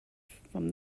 from